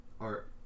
art